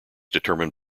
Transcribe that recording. determined